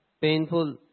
painful